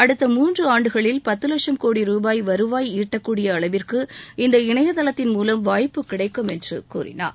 அடுத்த மூன்று ஆண்டுகளில் பத்து லட்சம் கோடி ரூபாய் வருவாய் ஈட்டக்கூடிய அளவிற்கு இந்த இந்த இணையதளத்தின் மூவம் வாய்ப்பு கிடைக்கும் என்று கூறினார்